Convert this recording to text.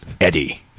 Eddie